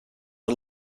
are